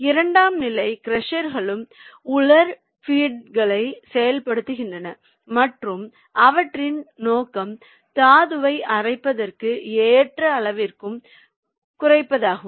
இரண்டாம் நிலை க்ரஷர்களும் உலர் ஃபீட்களை செயல்படுகின்றன மற்றும் அவற்றின் நோக்கம் தாதுவை அரைப்பதற்கு ஏற்ற அளவிற்கு குறைப்பதாகும்